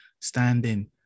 standing